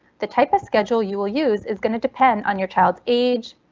the type of schedule you will use is going to depend on your child's age,